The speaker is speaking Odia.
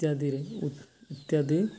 ଇତ୍ୟାଦିରେ ଇତ୍ୟାଦି